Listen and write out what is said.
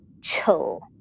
chill